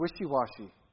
wishy-washy